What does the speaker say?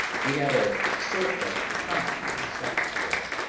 we had a sort of perfunctory supper together,